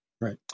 Right